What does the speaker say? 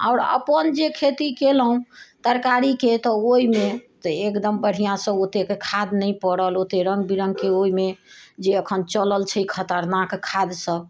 आओर अपन जे खेती केलहुँ तरकारीके तऽ ओहिमे तऽ एकदम बढ़िआँसँ ओतेक खाद नहि पड़ल ओते रङ्ग विरङ्गके ओहिमे जे अखन चलल छै खतरनाक खाद्य सभ